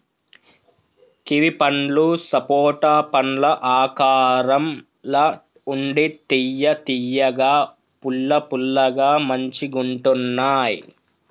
kiwi పండ్లు సపోటా పండ్ల ఆకారం ల ఉండి తియ్య తియ్యగా పుల్ల పుల్లగా మంచిగుంటున్నాయ్